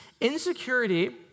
Insecurity